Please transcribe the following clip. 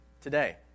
today